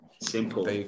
simple